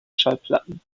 schallplatten